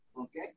Okay